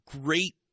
Great